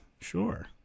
sure